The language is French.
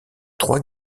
trois